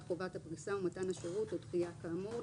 חובת הפריסה ומתן השירות או דחייה כאמור,